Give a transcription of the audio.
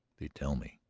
they tell me?